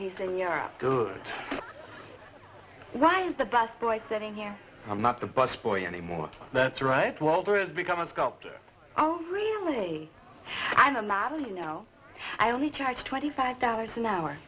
he's in europe good why is the bus boy sitting here i'm not the busboy anymore that's right well there is become a sculptor oh really i'm a model you know i only charge twenty five dollars an hour